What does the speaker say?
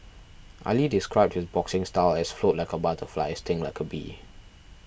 Ali described his boxing style as float like a butterfly sting like a bee